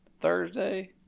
Thursday